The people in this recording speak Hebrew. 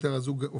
92 מדינות